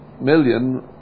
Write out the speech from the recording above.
million